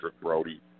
Brody